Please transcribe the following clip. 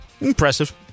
Impressive